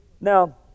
Now